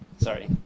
Sorry